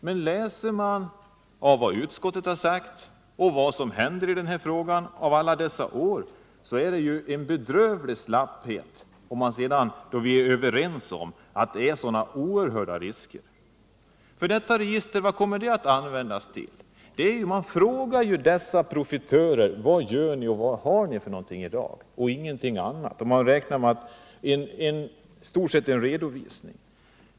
Men om man läser utskottsbetänkandet och tar del av vad som hänt under alla dessa år, finner man att det är en bedrövlig slapphet på detta område, där vi är överens om att det föreligger så oerhört stora risker. Man bara frågar dessa profitörer: Vad gör ni och vad har ni för någonting i dag? Det blir istort sett bara en redovisning.